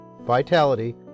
vitality